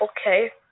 Okay